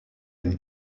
une